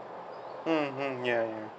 mm mm ya ya